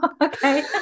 Okay